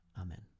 Amen